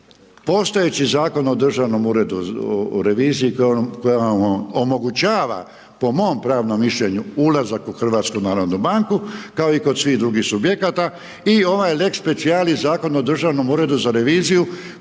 postojeći Zakon o Državnom uredu o reviziji koji nam omogućava, po mom pravnom mišljenju, ulazak u HNB kao i kod svih drugih subjekata i ovaj lex specialis Zakon o Državnom uredu za reviziju